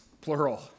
plural